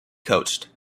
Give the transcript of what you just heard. coached